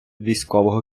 військового